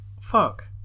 Fuck